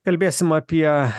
kalbėsim apie